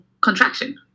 contraction